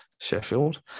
Sheffield